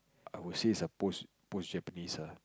I would say it's a post Japanese ah